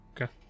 Okay